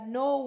no